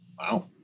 Wow